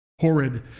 Horrid